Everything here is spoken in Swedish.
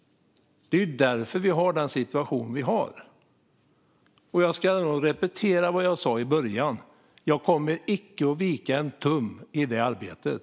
Det är därför vi har den situation som vi har. Jag ska repetera vad jag sa i början: Jag kommer icke att vika en tum i det arbetet!